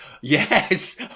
Yes